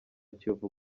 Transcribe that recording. kiyovu